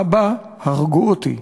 אבא, הרגו אותי.